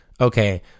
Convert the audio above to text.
okay